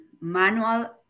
manual